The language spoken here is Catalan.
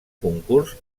concurs